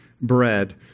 bread